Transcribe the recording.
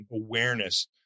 awareness